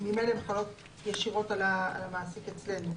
ממילא הן חלות ישירות על המעסיק אצלנו.